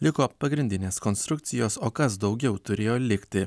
liko pagrindinės konstrukcijos o kas daugiau turėjo likti